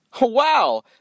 Wow